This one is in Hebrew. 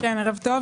ערב טוב.